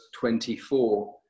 24